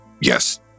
Yes